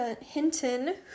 Hinton